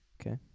Okay